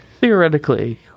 Theoretically